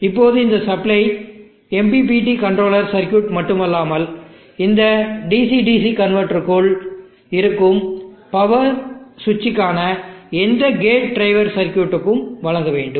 இப்போது இந்த supply MPPT controller circuit மட்டுமல்லாமல் இந்த DC DC கன்வெர்ட்டருக்குள் இருக்கும் பவர் ஸ்விச்சுக்கான எந்த கேட் டிரைவர் சர்க்யூட்டுக்கும் வழங்க வேண்டும்